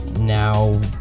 Now